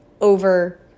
over